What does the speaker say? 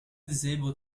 disabled